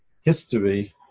history